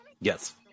Yes